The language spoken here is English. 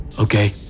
Okay